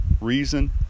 reason